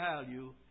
value